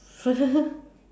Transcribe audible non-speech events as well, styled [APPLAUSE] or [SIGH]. [LAUGHS]